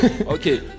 okay